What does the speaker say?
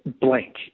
blank